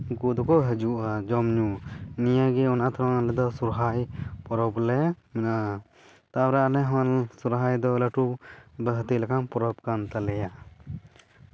ᱩᱱᱠᱩ ᱫᱚᱠᱚ ᱦᱤᱡᱩᱜᱼᱟ ᱡᱚᱢ ᱧᱩ ᱱᱤᱭᱟᱹ ᱜᱮ ᱚᱱᱟ ᱛᱷᱚᱲᱚᱝ ᱨᱮᱫᱚ ᱥᱚᱦᱨᱟᱭ ᱯᱚᱨᱚᱵᱽ ᱞᱮ ᱛᱟᱨᱯᱚᱨᱮ ᱟᱞᱮ ᱦᱚᱸ ᱥᱚᱦᱨᱟᱭ ᱫᱚ ᱞᱟᱹᱴᱩ ᱦᱟᱹᱛᱤ ᱞᱮᱠᱟᱱ ᱯᱚᱨᱚᱵᱽ ᱠᱟᱱ ᱛᱟᱞᱮᱭᱟ